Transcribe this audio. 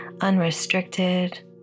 unrestricted